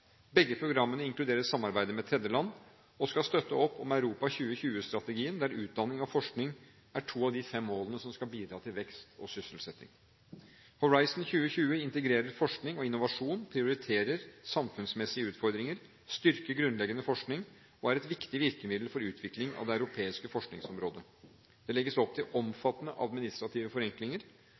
Begge programmene inkluderer samarbeid med tredje land og skal støtte opp om Europa 2020-strategien, der utdanning og forskning er to av de fem målene som skal bidra til vekst og sysselsetting. Horizon 2020 integrerer forskning og innovasjon, prioriterer samfunnsmessige utfordringer, styrker grunnleggende forskning og er et viktig virkemiddel for utviklingen av det europeiske forskningsområdet. Det legges opp til omfattende administrative forenklinger,